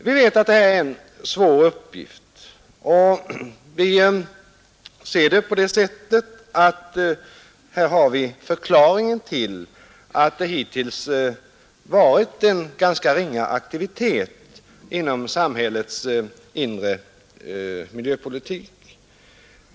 Vi vet att det här är en svår uppgift, och vi ser det på det sättet att här har vi förklaringen till att det hittills varit en ganska ringa aktivitet inom samhällets inre miljöpolitik.